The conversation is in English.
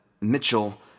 Mitchell –